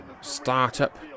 startup